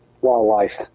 Wildlife